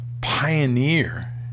pioneer